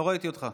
לא ראיתי אותך.